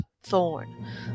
Thorn